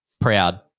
Proud